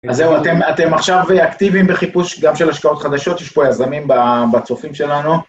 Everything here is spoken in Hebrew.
אז זהו, אתם עכשיו אקטיבים בחיפוש גם של השקעות חדשות, יש פה יזמים בצופים שלנו.